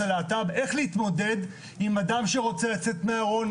הלהט"ב איך להתמודד עם אדם שרוצה לצאת מהארון,